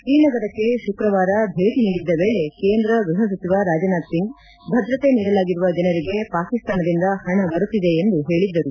ಶ್ರೀನಗರಕ್ಕೆ ಶುಕ್ರವಾರ ಭೇಟ ನೀಡಿದ್ದ ವೇಳೆ ಕೇಂದ್ರ ಗೃಹ ಸಚಿವ ರಾಜನಾಥ್ ಸಿಂಗ್ ಭದ್ರತೆ ನೀಡಲಾಗಿರುವ ಜನರಿಗೆ ಪಾಕಿಸ್ತಾನದಿಂದ ಹಣ ಬರುತ್ತಿದೆ ಎಂದು ಹೇಳಿದ್ದರು